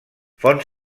font